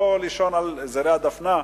לא לישון על זרי הדפנה,